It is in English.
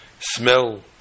smell